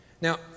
Now